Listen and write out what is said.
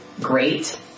great